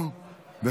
אליהו רביבו,